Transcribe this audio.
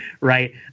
Right